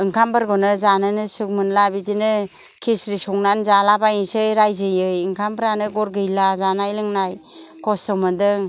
ओंखामफोरखौनो जानोनो सुग मोनला बिदिनो खिस्रि संनानै जालाबायसै रायजोयै ओंखामफ्रानो गद गैला जानाय लोंनाय खस्थ' मोन्दों